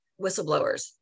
whistleblowers